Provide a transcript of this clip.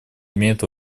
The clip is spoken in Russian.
имеет